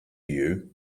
you